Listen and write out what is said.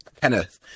Kenneth